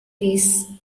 piece